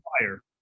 fire